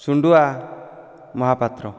ସୁଣ୍ଡୁଆ Mohapatra